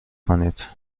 کنید